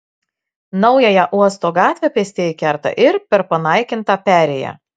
naująją uosto gatvę pėstieji kerta ir per panaikintą perėją